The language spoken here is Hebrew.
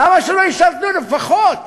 למה שלא ישרתו לפחות,